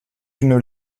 une